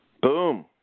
Boom